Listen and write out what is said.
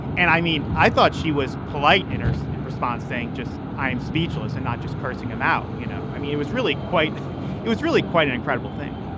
and i mean, i thought she was polite in her so response, saying just i'm speechless and not just cursing him out, you know? i mean, it was really quite it was really quite an incredible thing.